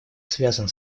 связан